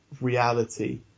reality